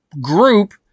group